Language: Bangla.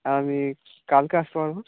আমি কালকে আসতে পারবো